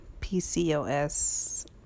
PCOS